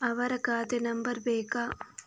ಅವರ ಖಾತೆ ನಂಬರ್ ಬೇಕಾ?